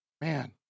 Man